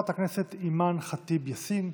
חברת הכנסת אימאן ח'טיב יאסין,